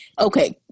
Okay